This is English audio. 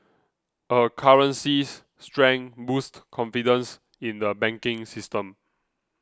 a currency's strength boosts confidence in the banking system